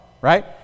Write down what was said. right